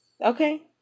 Okay